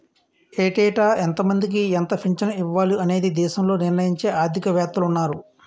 ఏటేటా ఎంతమందికి ఎంత పింఛను ఇవ్వాలి అనేది దేశంలో నిర్ణయించే ఆర్థిక వేత్తలున్నారు